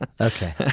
okay